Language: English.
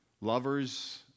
Lovers